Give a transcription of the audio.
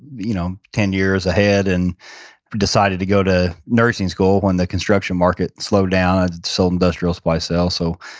you know ten years ahead, and decided to go to nursing school when the construction market slowed down. i sold industrial supplies sales. so,